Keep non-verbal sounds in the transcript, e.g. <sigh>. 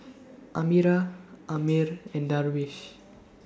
<noise> Amirah Ammir and Darwish